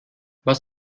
was